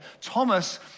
Thomas